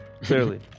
Clearly